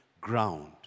ground